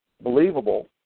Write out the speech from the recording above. believable